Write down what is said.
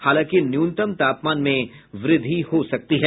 हालांकि न्यूनतम तापमान में वृद्धि हो सकती है